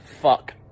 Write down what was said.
Fuck